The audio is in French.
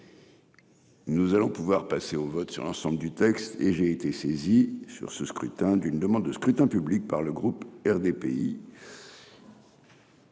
Nous allons pouvoir passer au vote sur l'ensemble du texte et j'ai été saisi sur ce scrutin d'une demande de scrutin public par le groupe RDPI.